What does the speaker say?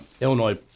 Illinois